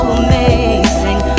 amazing